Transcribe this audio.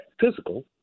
physical